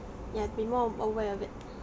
ya to be more aware of it